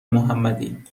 محمدی